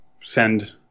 send